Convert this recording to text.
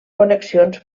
connexions